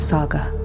Saga